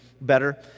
better